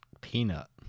Peanut